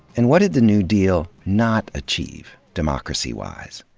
and what did the new deal not achieve, democracy-wise?